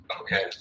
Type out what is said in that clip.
Okay